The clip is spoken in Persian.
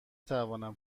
توانم